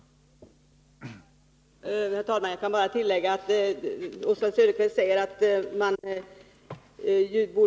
Om handläggning